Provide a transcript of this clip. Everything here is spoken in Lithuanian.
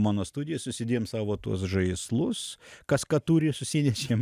mano studijoj susidėjom savo tuos žaislus kas ką turi susinešėm